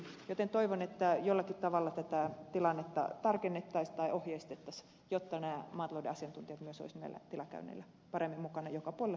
näin ollen toivon että jollakin tavalla tätä tilannetta tarkennettaisiin tai ohjeistettaisiin jotta nämä maatalouden asiantuntijat myös olisivat näillä tilakäynneillä paremmin mukana joka puolella suomea jatkossakin